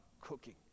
cooking